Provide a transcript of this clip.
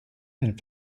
and